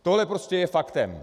Tohle prostě je faktem.